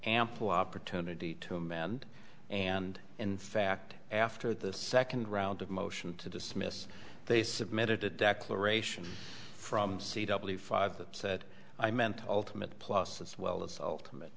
ample opportunity to amend and in fact after the second round of motion to dismiss they submitted a declaration from c w five that said i meant ultimate plus as well as ultimate